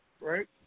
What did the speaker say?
right